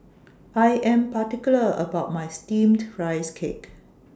I Am particular about My Steamed Rice Cake